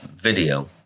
video